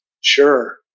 Sure